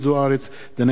דניאל בן-סימון,